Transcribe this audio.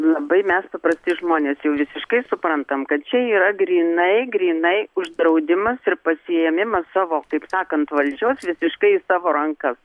labai mes paprasti žmonės jau visiškai suprantam kad čia yra grynai grynai uždraudimas ir pasiėmimas savo taip sakant valdžios visiškai į savo rankas